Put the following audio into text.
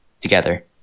together